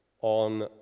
on